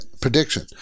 prediction